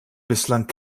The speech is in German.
bislang